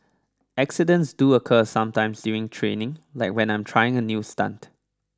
accidents do occur sometimes during training like when I'm trying a new stunt